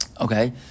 Okay